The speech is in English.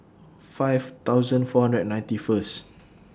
five thousand four hundred and ninety First